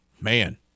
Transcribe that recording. man